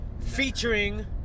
featuring